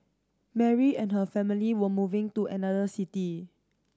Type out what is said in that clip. Mary and her family were moving to another city